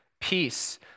peace